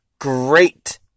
great